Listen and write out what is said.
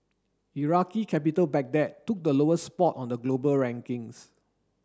iraqi capital Baghdad took the lowest spot on the global rankings